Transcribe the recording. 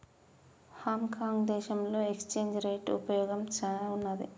Hong Kong దేశంలో exchange rate ఉపయోగం చానా ఉన్నాది